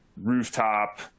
rooftop